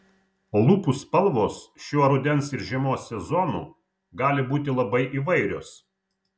lūpų spalvos šiuo rudens ir žiemos sezonu gali būti labai įvairios